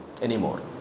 anymore